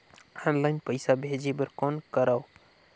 Online पईसा भेजे बर कौन करव?